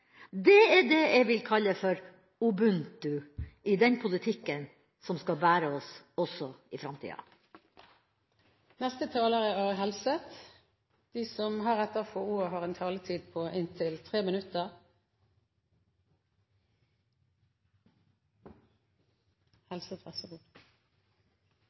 Det er det jeg vil kalle ubuntu i den politikken som skal bære oss også i framtida. De talere som heretter får ordet, har en taletid på inntil 3 minutter.